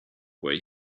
where